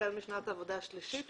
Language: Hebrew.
החל משנת העבודה השלישית,